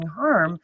harm